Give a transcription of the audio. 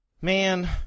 Man